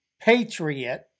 patriot